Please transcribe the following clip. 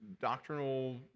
doctrinal